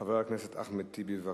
חבר הכנסת אחמד טיבי, בבקשה,